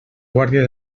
guàrdia